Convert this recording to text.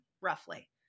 roughly